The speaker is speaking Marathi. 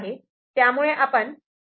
त्यामुळे आपण A' असे म्हणू